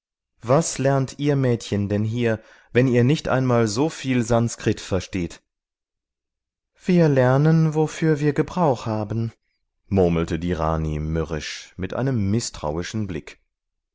was lernt ihr mädchen denn hier wenn ihr nicht einmal so viel sanskrit versteht wir lernen wofür wir gebrauch haben murmelte die rani mürrisch mit einem mißtrauischen blick